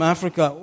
Africa